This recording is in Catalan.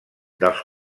dels